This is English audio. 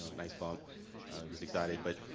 nice bump. he was excited but